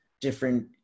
different